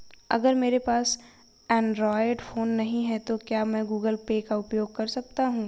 अगर मेरे पास एंड्रॉइड फोन नहीं है तो क्या मैं गूगल पे का उपयोग कर सकता हूं?